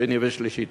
שני ושלישי.